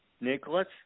Nicholas